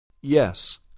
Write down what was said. Yes